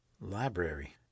library